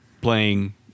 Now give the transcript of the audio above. playing